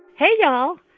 hey, y'all.